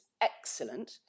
excellent